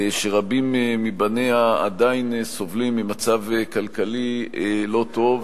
שרבים מבניה עדיין סובלים ממצב כלכלי לא טוב,